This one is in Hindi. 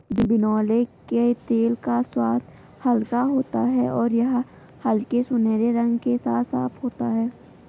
बिनौले के तेल का स्वाद हल्का होता है और यह हल्के सुनहरे रंग के साथ साफ होता है